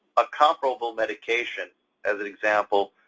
a comparable medication as an example,